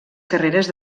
carreres